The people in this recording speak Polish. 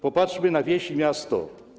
Popatrzmy na wieś i miasto.